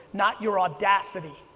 not your audacity.